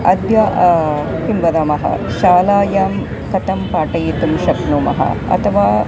अद्य किं वदामः शालायां कथं पाठयितुं शक्नुमः अथवा